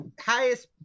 highest